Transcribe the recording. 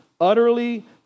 utterly